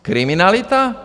Kriminalita?